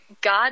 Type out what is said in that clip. God